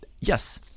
Yes